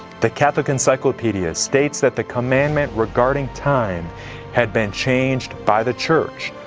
the catholic encyclopedia states that the commandment regarding time had been changed by the church.